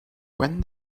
when